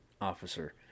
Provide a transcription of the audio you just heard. officer